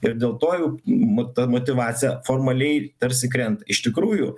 ir dėl to jau mu ta motyvacija formaliai tarsi krenta iš tikrųjų